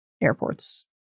airports